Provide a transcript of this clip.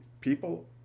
people